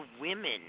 women